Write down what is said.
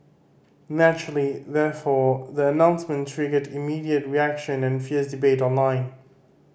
naturally therefore the announcement triggered immediate reaction and fierce debate online